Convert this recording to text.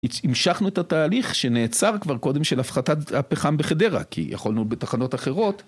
המשכנו את התהליך שנעצר כבר קודם של הפחתת הפחם בחדרה, כי יכולנו בתחנות אחרות.